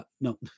No